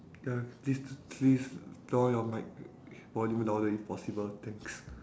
ya please please put down your mic volume louder if possible thanks